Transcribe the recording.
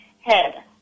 head